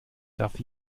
darf